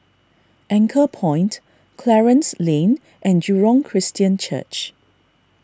Anchorpoint Clarence Lane and Jurong Christian Church